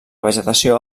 vegetació